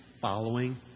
following